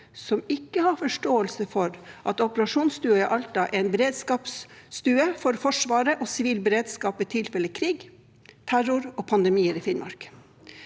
som ikke har forståelse for at operasjonsstua i Alta er en beredskapsstue for Forsvaret og sivil beredskap i tilfelle krig, terror og pandemier i Finnmark.